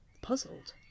Puzzled